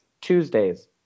tuesdays